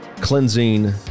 Cleansing